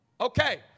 Okay